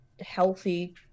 healthy